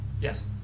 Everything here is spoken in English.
Yes